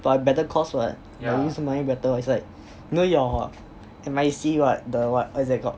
but a better cause what you're using money better it's like you know your M_I_A_C what the what what is that called